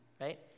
right